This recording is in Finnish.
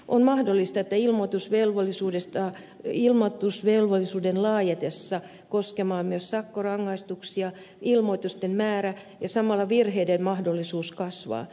on mahdollista että ilmoitusvelvollisuuden laajetessa koskemaan myös sakkorangaistuksia ilmoitusten määrä ja samalla virheiden määrä kasvaa